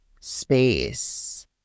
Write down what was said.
space